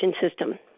system